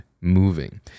moving